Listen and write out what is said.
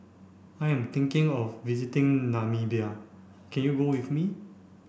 I am thinking of visiting Namibia can you go with me